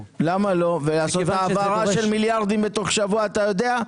לעשות העברה של מיליארדים תוך שבוע אתה יודע,